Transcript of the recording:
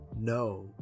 No